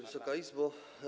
Wysoka Izbo!